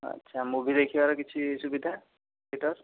ଆଚ୍ଛା ମୁଭି ଦେଖିବାର କିଛି ସୁବିଧା ଥିଏଟର